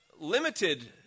limited